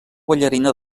ballarina